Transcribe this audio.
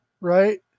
right